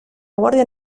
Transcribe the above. guardia